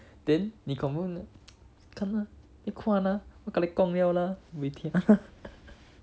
then 你 confirm like 看 lah